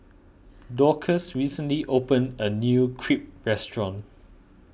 Dorcas recently opened a new Crepe restaurant